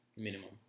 Minimum